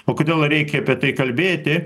o kodėl reikia apie tai kalbėti